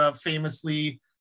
famously